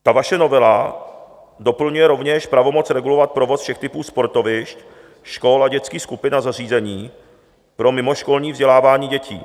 Ta vaše novela doplňuje rovněž pravomoc regulovat provoz všech typů sportovišť, škol a dětských skupin a zařízení pro mimoškolní vzdělávání dětí.